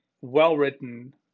well-written